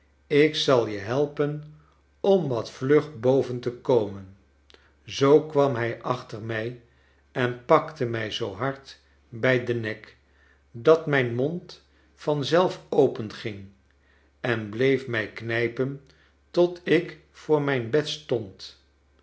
ik zal je helpen om wat vlug boven te komen zoo kwam hij achter mij en pakte mij zoo hard bij den nek dat mijn mond van zelf openging en bleef mij knijpen tot ik voor mijn bed stond